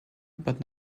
but